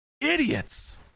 Idiots